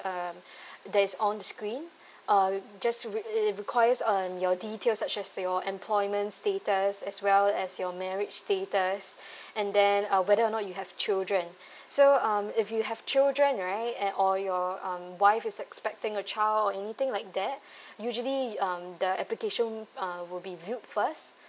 um that is on the screen uh just read it requires um your details such as your employment status as well as your marriage status and then uh whether or not you have children so um if you have children right and or your um wife is expecting a child or anything like that usually um the application um will be viewed first